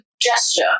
gesture